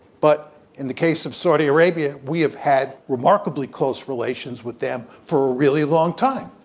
but in the case of saudi arabia, we have had remarkably close relations with them for a really long time.